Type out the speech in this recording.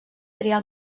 triar